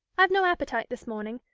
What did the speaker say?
i've no appetite this morning,